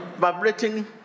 vibrating